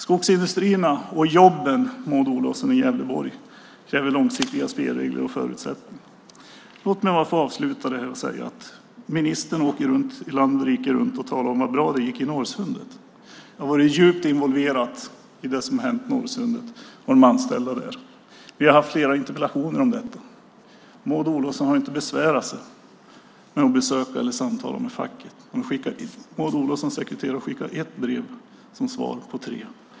Skogsindustrierna och jobben i Gävleborg kräver långsiktiga spelregler och förutsättningar, Maud Olofsson. Låt mig avsluta med följande: Ministern åker land och rike runt och talar om hur bra det gick i Norrsundet. Jag har varit djupt involverad i det som har hänt i Norrsundet och med de anställda där. Vi har haft flera interpellationer om detta. Maud Olofsson har inte besvärat sig med att besöka oss eller samtala med facket. Hennes sekreterare har skickat ett brev som svar på tre.